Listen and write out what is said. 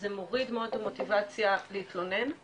זה מוריד מאוד את המוטיבציה להתלונן.